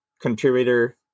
contributor